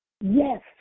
Yes